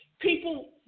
people